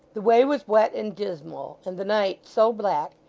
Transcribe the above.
the way was wet and dismal, and the night so black,